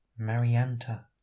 Marianta